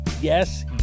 yes